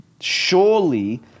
Surely